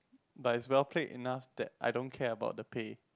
but it's well paid enough that I don't care about the pay